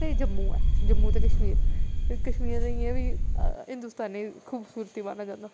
ते एह् जम्मू ऐ जम्मू ते कशमीर कशमीर गी इ'यां बी हिन्दोस्ताने दी खूबसूरती माना जंदा